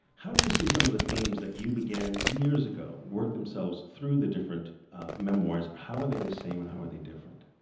how do you see some of the themes that you began with years ago work themselves through the different memoirs? how are they the same and how are they different?